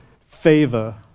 favor